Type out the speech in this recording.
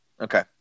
Okay